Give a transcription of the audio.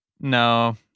No